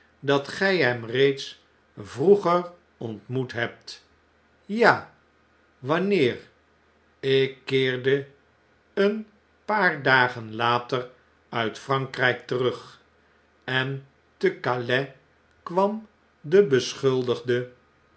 dat g j hem reeds vroeger ontmoet hebt ja wanneer ik keerde een paar dagen later uit f r a n krjjk terug en te calais kwam de beschuleeisdet